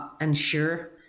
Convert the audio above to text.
ensure